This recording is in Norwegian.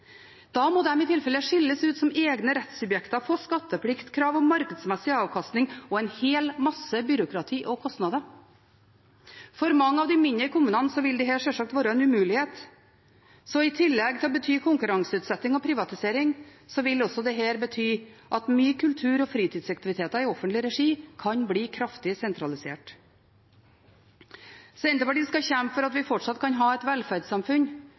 Da må de i tilfelle skilles ut som egne rettssubjekter, få skatteplikt, krav om markedsmessig avkastning og en hel masse byråkrati og kostnader. For mange av de mindre kommunene vil dette sjølsagt være en umulighet, så i tillegg til å bety konkurranseutsetting og privatisering vil det også bety at mye kultur og fritidsaktiviteter i offentlig regi kan bli kraftig sentralisert. Senterpartiet skal kjempe for at vi fortsatt kan ha et velferdssamfunn